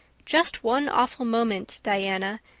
just one awful moment diana,